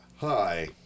hi